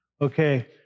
okay